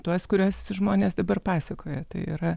tuos kuriuos žmonės dabar pasakoja tai yra